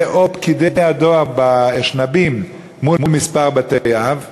פקידי הדואר באשנבים למספר בתי-אב בעיירה,